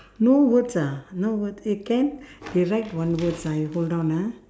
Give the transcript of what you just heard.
no words ah no words eh can they write one words ah you hold on ah